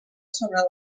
sobre